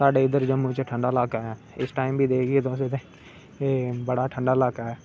साढ़े उद्धर जम्मू च इलाका ऐ इस टाइम बी दिखगे तुस उत्थै बडा़ ठंडा इलाका ऐ